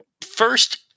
first